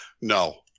No